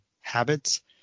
habits